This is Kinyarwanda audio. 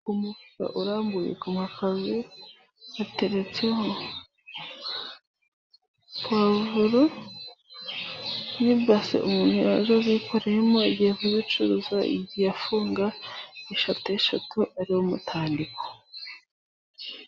Umufuka urambuye ku mapave, hateretseho pavuro n'ibase umuntu yaje azikoreyemo, agiye kuzicuruza, yagiye afunga eshateshatu ari wo mutandiko.